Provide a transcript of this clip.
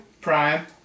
prime